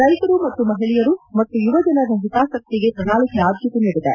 ರೈತರು ಮತ್ತು ಮಹಿಳೆಯರು ಮತ್ತು ಯುವಜನರ ಹಿತಾಸಕ್ತಿಗೆ ಪ್ರಣಾಳಿಕೆ ಆದ್ದತೆ ನೀಡಿದೆ